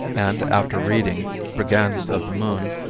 and after reading brigands of the moon,